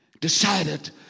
decided